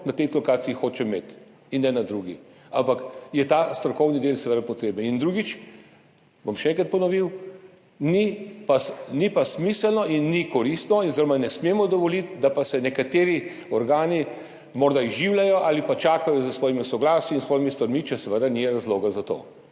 na tej lokaciji hočem imeti, in ne na drugi, ampak je ta strokovni del seveda potreben. In drugič, bom še enkrat ponovil, ni pa smiselno in ni koristno oziroma ne smemo dovoliti, da pa se nekateri organi morda izživljajo ali čakajo s svojimi soglasji in s svojimi stvarmi, če seveda ni razloga za to.